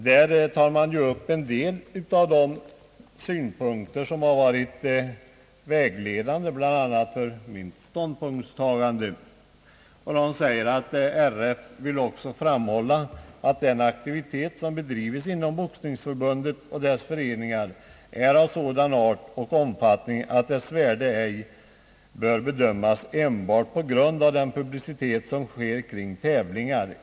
Där tar man upp en del av de synpunkter som varit vägledande bl.a. för mitt ståndpunktstagande. »RF vill också framhålla att den aktivitet, som bedrives inom boxningsförbundet och dess föreningar, är av sådan art och omfattning att dess värde ej bör bedömas enbart på grund av den publicitet som sker kring tävlingar.